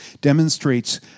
demonstrates